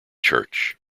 church